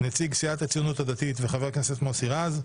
נציג סיעת הציונות הדתית וחבר הכנסת מוסי רז.